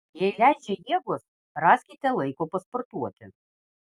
jei leidžia jėgos raskite laiko pasportuoti